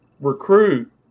recruit